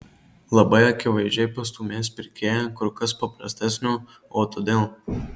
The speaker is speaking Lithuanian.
labai akivaizdžiai pastūmės pirkėją kur kas paprastesnio o todėl